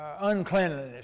uncleanliness